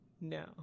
No